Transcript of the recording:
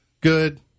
Good